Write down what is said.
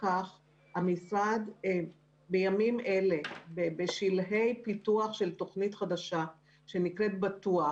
המשרד בימים אלה נמצא בשלהי פיתוח של תכנית חדשה בשם בטו"ח.